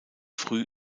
früh